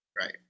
Right